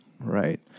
Right